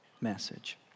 message